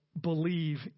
believe